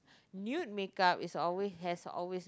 nude makeup is always has always